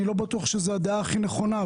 אני לא בטוח שזו הדעה הכי נכונה,